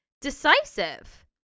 decisive